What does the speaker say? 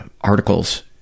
articles